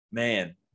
Man